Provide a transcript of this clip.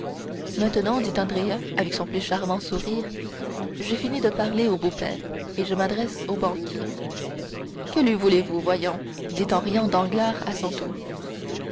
maintenant dit andrea avec son plus charmant sourire j'ai fini de parler au beau-père et je m'adresse au banquier que lui voulez-vous voyons dit en riant danglars à son tour